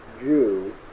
Jew